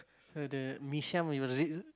so the Mee-Siam